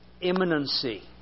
imminency